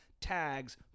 tags